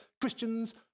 Christians